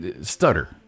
stutter